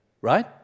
Right